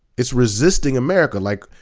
it's resisting america. like